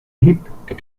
egipto